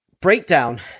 breakdown